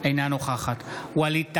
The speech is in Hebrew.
אינה נוכחת ווליד טאהא,